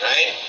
Right